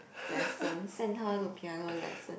lesson